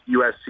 USC